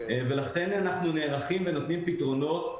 ולכן אנחנו נערכים ונותנים פתרונות,